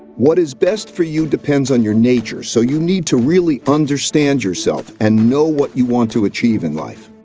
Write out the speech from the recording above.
what is best for you depends on your nature, so you need to really understand yourself and know what you want to achieve in life.